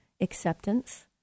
acceptance